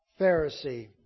Pharisee